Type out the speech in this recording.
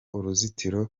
uruzitiro